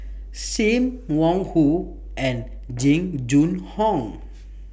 SIM Wong Hoo and Jing Jun Hong